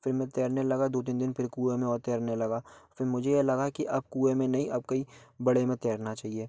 फिर मैं तैरने लगा दो तीन दिन फिर कुएं में और तैरने लगा फिर मुझे ये लगा कि अब कुएं में नहीं अब कहीं बड़े में तैरना चाहिए